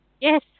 Yes